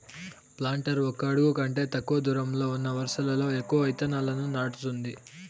planter ఒక అడుగు కంటే తక్కువ దూరంలో ఉన్న వరుసలలో ఎక్కువ ఇత్తనాలను నాటుతుంది